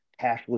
cashless